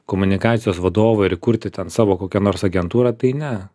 komunikacijos vadovo ir įkurti ten savo kokią nors agentūrą tai ne